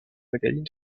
magazine